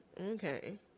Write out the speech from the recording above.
Okay